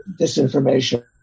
disinformation